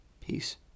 Peace